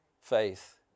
faith